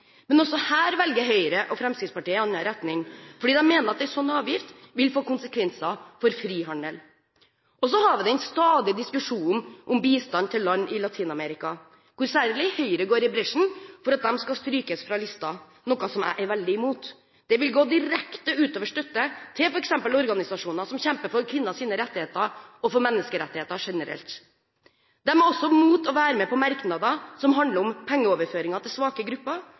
Men også her velger Høyre og Fremskrittspartiet en annen retning, fordi de mener at en sånn avgift vil få konsekvenser for frihandel. Så har vi den stadige diskusjonen om bistand til land i Latin-Amerika, der særlig Høyre går i bresjen for at de skal strykes fra listen – noe jeg er veldig imot. Det vil gå direkte ut over støtte til f.eks. organisasjoner som kjemper for kvinners rettigheter, og for menneskerettigheter generelt. De er også imot å være med på merknader som handler om pengeoverføringer til svake grupper,